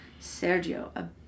Sergio